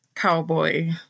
cowboy